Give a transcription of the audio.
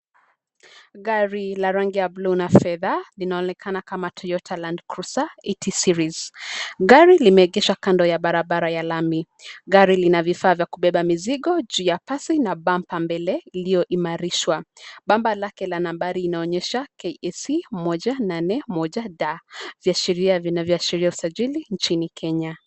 Gari la rangi ya bluu na fedha linaonekana kama Toyota Landcruiser eighty series gari limeegeshwa kando ya barabara ya lami. Gari lina vifaa vya kubeba mizigo juu ya pasi na [ cs]bumber mbele ilyoimarishwa bamba lake la nambari inaonyesha KAC 181 D vyashiria vinayoashiria usajili nchini Kenya.